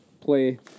play